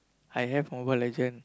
I have Mobile-Legend